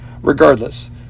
regardless